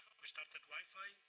we started wi-fi